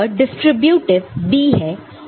तो यह distributive b है